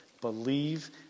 believe